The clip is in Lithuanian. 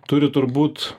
turi turbūt